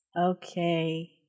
Okay